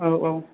आव आव